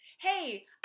Hey